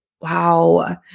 wow